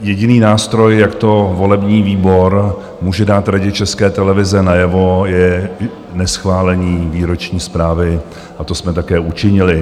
Jediný nástroj, jak to volební výbor může dát Radě České televize najevo, je neschválení výroční zprávy a to jsme také učinili.